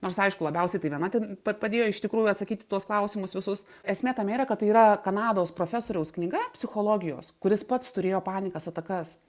nors aišku labiausiai tai viena ten pa padėjo iš tikrųjų atsakyt į tuos klausimus visus esmė tame yra kad tai yra kanados profesoriaus knyga psichologijos kuris pats turėjo panikas atakas